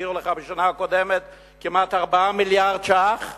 החזירו לך בשנה הקודמת כמעט 4 מיליארדי שקלים?